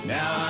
Now